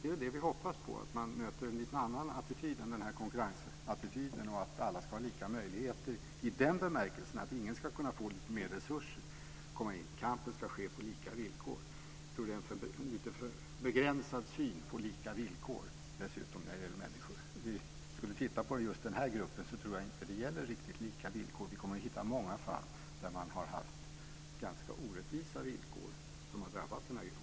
Det är det vi hoppas på, dvs. att möta en annan attityd än den här konkurrensattityden att alla ska ha lika möjligheter i den bemärkelsen att ingen ska kunna få lite mer resurser för att komma in, att kampen ska ske på lika villkor. Jag tror att det är en lite för begränsad syn på lika villkor när det gäller människor. Om vi tittar på just den här gruppen tror jag inte att det gäller riktigt lika villkor. Vi kommer att hitta många fall som visar att ganska orättvisa villkor har drabbat den här gruppen.